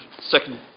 second